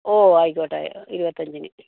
ഓ ആയിക്കൊട്ടെ ആയി ഇരുപത്തി അഞ്ചിന്